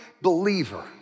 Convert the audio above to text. believer